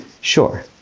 Sure